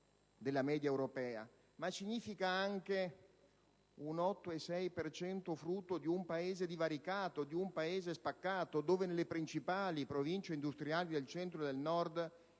della media europea, ma significa anche un 8,6 per cento frutto di un Paese divaricato, di un Paese spaccato, dove nelle principali Province industriali del Centro e del Nord